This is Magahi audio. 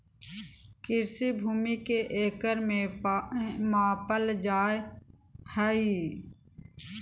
कृषि भूमि के एकड़ में मापल जाय हइ